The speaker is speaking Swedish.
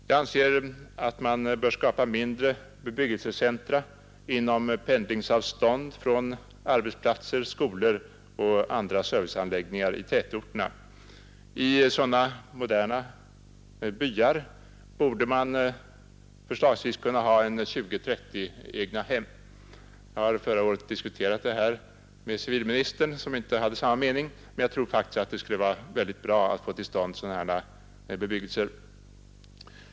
Jag anser att man bör skapa mindre bebyggelsecentra inom pendlingsavstånd från arbetsplatser, skolor och andra serviceanläggningar i tätorterna. I sådana moderna byar borde man försöksvis kunna ha 20 å 30 egnahem. Jag har förra året diskuterat det här med civilministern som inte hade samma mening, men jag tror faktiskt att det skulle vara väldigt bra att få till stånd sådana här bebyggelser.